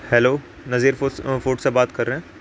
hello Nazir food سے بات کر رہے ہیں